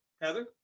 Heather